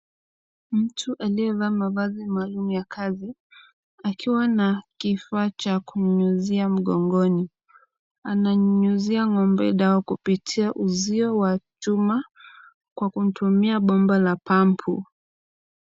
Mtu aliyevaa mavazi maalum ya kazi, akiwa na kifaa cha kunyunyuzia mgongoni. Ananyunyuzia ng'ombe dawa kupitia uzio wa chuma kwa kutumia bomba la pampu.